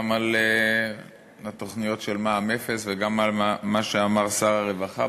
גם על התוכניות של מע"מ אפס וגם מה שאמר שר הרווחה,